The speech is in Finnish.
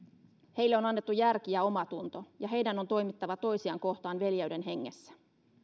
heille on annettu järki ja omatunto ja heidän on toimittava toisiaan kohtaan veljeyden hengessä